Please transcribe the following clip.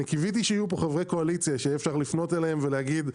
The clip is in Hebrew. אני קיוויתי שיהיו פה חברי קואליציה שאפשר יהיה לפנות אליהם ולהגיד: